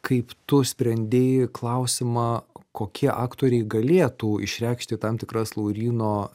kaip tu sprendei klausimą kokie aktoriai galėtų išreikšti tam tikras lauryno